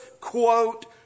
quote